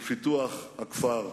ופיתוח הכפר.